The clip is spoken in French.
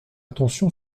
attention